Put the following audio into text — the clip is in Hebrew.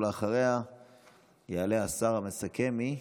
אחריה יעלה השר המסכם, מי?